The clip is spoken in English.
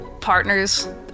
partners